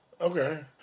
Okay